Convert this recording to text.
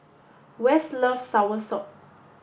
west loves soursop